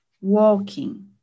walking